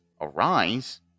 arise